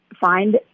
find